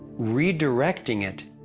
redirecting it